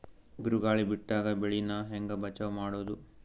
ಬಿರುಗಾಳಿ ಬಿಟ್ಟಾಗ ಬೆಳಿ ನಾ ಹೆಂಗ ಬಚಾವ್ ಮಾಡೊದು?